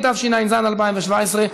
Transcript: התשע"ז 2017,